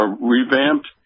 revamped